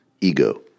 ego